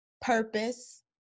purpose